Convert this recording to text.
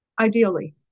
ideally